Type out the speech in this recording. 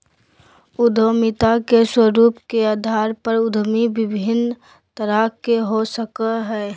उद्यमिता के स्वरूप के अधार पर उद्यमी विभिन्न तरह के हो सकय हइ